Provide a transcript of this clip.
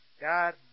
God